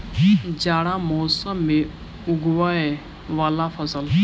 जाड़ा मौसम मे उगवय वला फसल?